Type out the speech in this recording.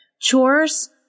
Chores